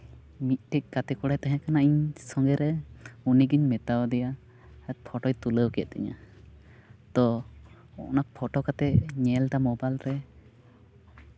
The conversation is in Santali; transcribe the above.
ᱢᱤᱫᱴᱮᱡ ᱜᱟᱛᱮ ᱠᱚᱲᱟᱭ ᱛᱟᱦᱮᱸ ᱠᱟᱱᱟ ᱤᱧ ᱥᱚᱸᱜᱮ ᱨᱮ ᱩᱱᱤᱜᱤᱧ ᱢᱮᱛᱟᱫᱮᱭᱟ ᱟᱨ ᱯᱷᱳᱴᱳᱭ ᱛᱩᱞᱟᱹᱣ ᱠᱮᱫ ᱛᱤᱧᱟᱹ ᱛᱳ ᱚᱱᱟ ᱯᱷᱳᱴᱳ ᱠᱟᱛᱮᱫ ᱧᱮᱞᱫᱟ ᱢᱳᱵᱟᱭᱤᱞ ᱨᱮ